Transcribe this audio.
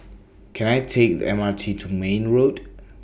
Can I Take The M R T to Mayne Road